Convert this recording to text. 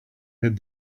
hid